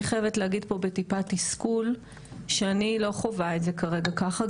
אני חייבת להגיד פה בטיפת תסכול שאני לא חווה את זה כרגע ככה.